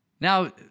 Now